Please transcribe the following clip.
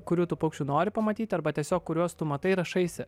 kurių tu paukščių nori pamatyti arba tiesiog kuriuos tu matai rašaisi